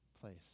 place